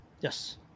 yes